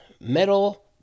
metal